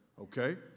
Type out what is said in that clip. Okay